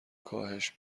کاهش